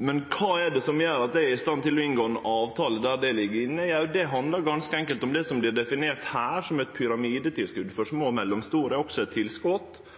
Men kva er det som gjer at eg er i stand til å inngå ei avtale der det ligg inne? Jo, det handlar ganske enkelt om det som her vert definert som eit pyramidetilskot for små og mellomstore. Det er også eit